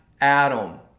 Adam